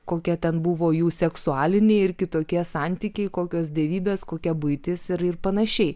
kokie ten buvo jų seksualiniai ir kitokie santykiai kokios dievybės kokia buitis ir ir panašiai